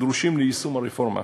הדרושים ליישום הרפורמה.